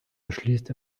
beschließt